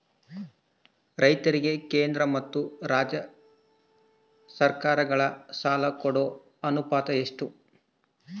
ರೈತರಿಗೆ ಕೇಂದ್ರ ಮತ್ತು ರಾಜ್ಯ ಸರಕಾರಗಳ ಸಾಲ ಕೊಡೋ ಅನುಪಾತ ಎಷ್ಟು?